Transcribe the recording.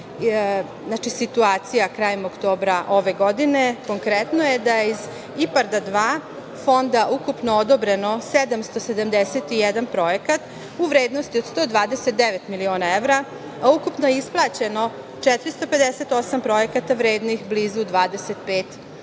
znači situacija krajem oktobra ove godine, konkretno, da je iz fonda IPARD dva ukupno odobreno 771 projekat u vrednosti od 129 miliona evra, a ukupno je isplaćeno 458 projekata vrednih blizu 25